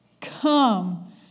come